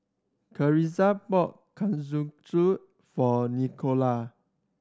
Carisa bought Kalguksu for Nikolai